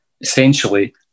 essentially